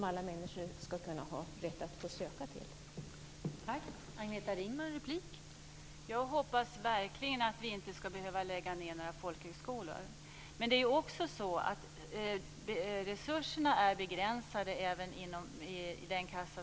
Alla människor skall kunna ha rätt att få söka till den här sortens utbildning.